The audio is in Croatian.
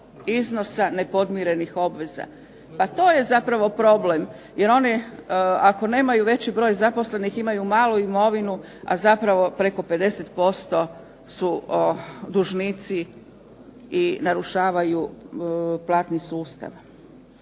iznosa nepodmirenih obveza. Pa to je zapravo problem, jer oni ako nemaju veći broj zaposlenih imaju malu imovinu, a zapravo preko 50% su dužnici i narušavaju platni sustav.